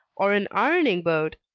or an ironing-board.